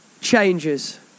changes